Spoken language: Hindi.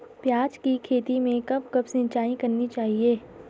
प्याज़ की खेती में कब कब सिंचाई करनी चाहिये?